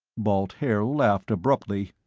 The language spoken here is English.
balt haer laughed abruptly.